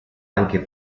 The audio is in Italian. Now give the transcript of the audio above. anche